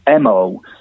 MO